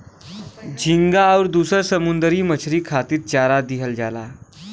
झींगा आउर दुसर समुंदरी मछरी खातिर चारा दिहल जाला